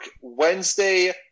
Wednesday